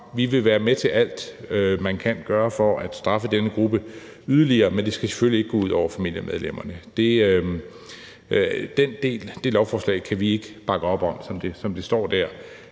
Vi vil være med til alt, man kan gøre for at straffe denne gruppe yderligere, men det skal selvfølgelig ikke gå ud over familiemedlemmerne. Den del kan vi ikke bakke op om, som det står der.